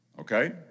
okay